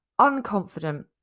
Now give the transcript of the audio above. unconfident